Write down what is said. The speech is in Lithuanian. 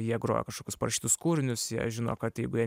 jie groja kažkokius parašytus kūrinius jie žino kad jeigu jie